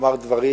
אמר דברים